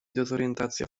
dezorientacja